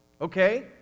okay